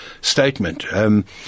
statement